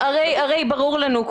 הרי ברור לנו,